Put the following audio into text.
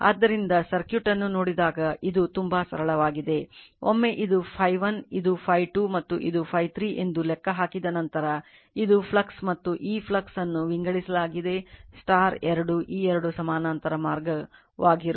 ಆದ್ದರಿಂದ ಸರ್ಕ್ಯೂಟ್ ಅನ್ನು ನೋಡಿದಾಗ ಇದು ತುಂಬಾ ಸರಳವಾಗಿದೆ ಒಮ್ಮೆ ಇದು Φ1 ಇದು Φ2 ಮತ್ತು ಇದು Φ3 ಎಂದು ಲೆಕ್ಕಹಾಕಿದ ನಂತರ ಇದು ಫ್ಲಕ್ಸ್ ಮತ್ತು ಈ ಫ್ಲಕ್ಸ್ ಅನ್ನು ವಿಂಗಡಿಸಲಾಗಿದೆ 2 ಈ 2 ಸಮಾನಾಂತರ ಮಾರ್ಗವಾಗಿರುತ್ತದೆ